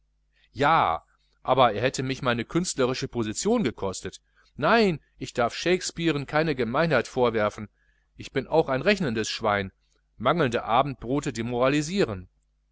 ja aber er hätte mich meine künstlerische position gekostet nein ich darf shakespearen keine gemeinheit vorwerfen ich bin auch ein rechnendes schwein mangelnde abendbrote demoralisieren